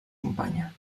companya